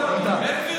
תודה.